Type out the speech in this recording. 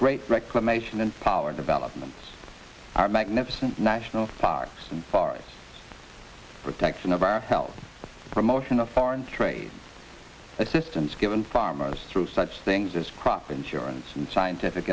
great reclamation and power development our magnificent national parks guards protection of our health promotion of foreign trade assistance given farmers through such things as crop insurance and scientific